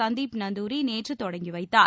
சந்தீப் நந்தூரி நேற்று தொடங்கி வைத்தார்